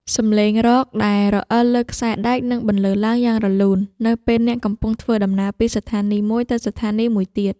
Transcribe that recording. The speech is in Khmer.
សំឡេងរ៉កដែលរអិលលើខ្សែដែកនឹងបន្លឺឡើងយ៉ាងរលូន នៅពេលអ្នកកំពុងធ្វើដំណើរពីស្ថានីយមួយទៅស្ថានីយមួយទៀត។